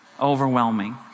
overwhelming